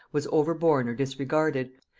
was overborne or disregarded,